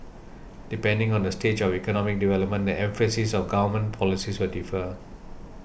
depending on the stage of economic development the emphasis of government policies will differ